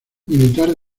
militar